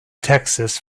texas